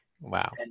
Wow